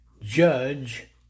judge